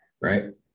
right